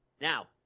Now